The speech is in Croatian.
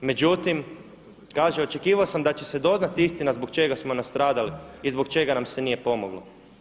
Međutim, kaže očekivao sam da će se doznati istina zbog čega smo nastradali i zbog čega nam se nije pomoglo.